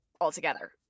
altogether